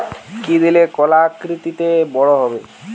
কি দিলে কলা আকৃতিতে বড় হবে?